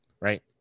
right